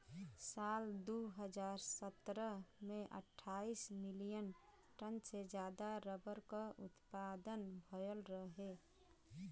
साल दू हज़ार सत्रह में अट्ठाईस मिलियन टन से जादा रबर क उत्पदान भयल रहे